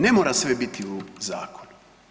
Ne mora sve biti u zakonu.